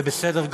זה בסדר גמור.